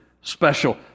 special